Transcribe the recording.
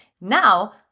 Now